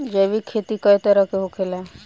जैविक खेती कए तरह के होखेला?